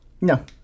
No